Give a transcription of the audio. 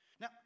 Now